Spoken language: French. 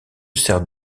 sert